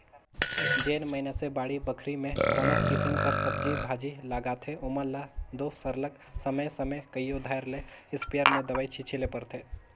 जेन मइनसे बाड़ी बखरी में कोनो किसिम कर सब्जी भाजी लगाथें ओमन ल दो सरलग समे समे कइयो धाएर ले इस्पेयर में दवई छींचे ले परथे